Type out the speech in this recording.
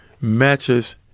matches